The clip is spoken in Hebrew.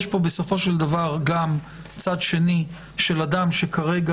יש גם צד שני, של אדם שכרגע